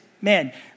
man